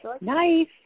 nice